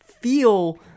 feel